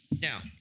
Now